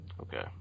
Okay